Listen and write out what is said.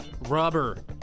rubber